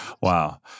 Wow